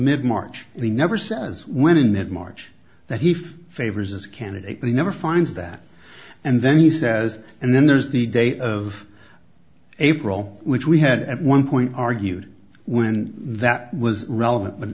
mid march and he never says when in that march that he favors as a candidate but he never finds that and then he says and then there's the date of a problem which we had at one point argued when that was relevant but